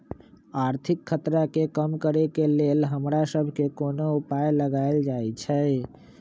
आर्थिक खतरा के कम करेके लेल हमरा सभके कोनो उपाय लगाएल जाइ छै